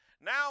Now